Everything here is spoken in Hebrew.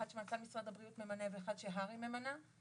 אחד שמשרד הבריאות ממנה ואחד שהר"י ממנה.